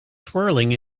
swirling